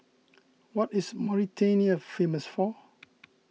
what is Mauritania famous for